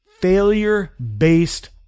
failure-based